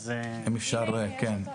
את המצגת.